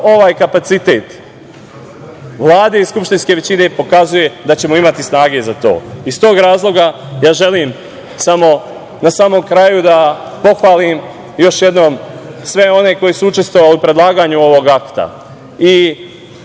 ovaj kapacitet Vlade i skupštinske većine pokazuje da ćemo imati snage za to. Iz tog razloga želim na samom kraju da pohvalim još jednom sve one koji su učestvovali u predlaganju ovog akta